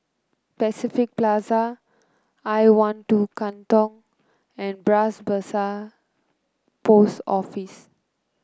Pacific Plaza I one two Katong and Bras Basah Post Office